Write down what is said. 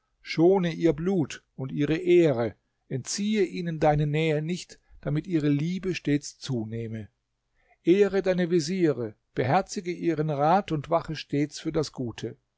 schone ihr blut und ihre ehre entziehe ihnen deine nähe nicht damit ihre liebe stets zunehme ehre deine veziere beherzige ihren rat und wache stets für das gute